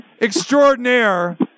extraordinaire